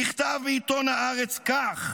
נכתב בעיתון הארץ כך,